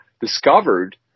discovered